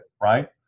right